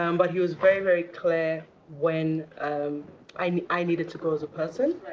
um but he was very, very clear when um i mean i needed to grow as a person,